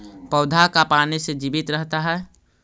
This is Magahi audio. पौधा का पाने से जीवित रहता है?